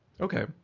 okay